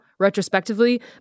retrospectively